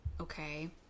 Okay